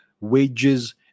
wages